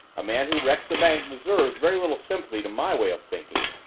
a man who wrecks a bank deserves very little sympathy to my way of thinking.